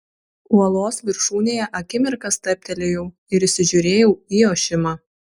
uolos viršūnėje akimirką stabtelėjau ir įsižiūrėjau į ošimą